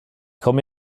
komme